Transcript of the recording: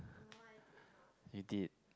you did